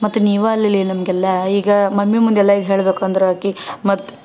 ಮತ್ತು ನೀವಾ ಅಲ್ಲೆಲೇ ನಮಗೆಲ್ಲಾ ಈಗ ಮಮ್ಮಿ ಮುಂದೆ ಎಲ್ಲ ಈಗ ಹೇಳ್ಬೇಕಂದ್ರೆ ಆಕೆ ಮತ್ತು